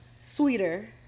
sweeter